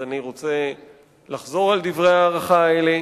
אז אני רוצה לחזור על דברי ההערכה האלה.